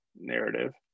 narrative